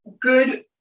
good